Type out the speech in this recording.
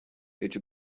эти